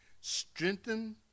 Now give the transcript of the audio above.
Strengthen